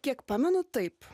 kiek pamenu taip